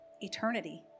eternity